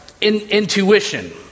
intuition